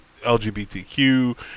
LGBTQ